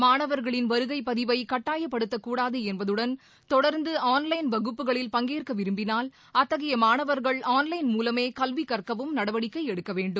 மாணவர்களின் வருகை பதிவை கட்டாயப்படுத்தக்கூடாது என்பதுடன் தொடர்ந்து ஆன்லைன் வகுப்புகளில் பங்கேற்க விரும்பினால் அத்தகைய மாணவர்கள் ஆன்லைன் மூலமே கல்வி கற்கவும் நடவடிக்கை எடுக்க வேண்டும்